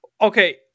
Okay